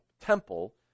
temple